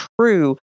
true